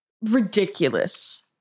ridiculous